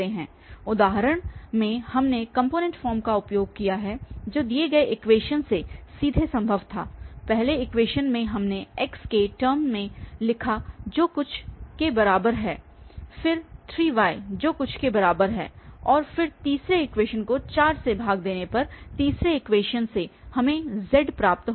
पिछले उदाहरण में हमने कॉम्पोनेंट फॉर्म का उपयोग किया है जो दिए गए इक्वेशन से सीधे संभव था पहले इक्वेशन से हमने x के टर्म मे लिखा जो कुछ के बराबर है फिर 3y जो कुछ के बराबर है और फिर तीसरे इक्वेशन को 4 से भाग देने पर तीसरे इक्वेशन से हमें z प्राप्त होगा